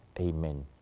Amen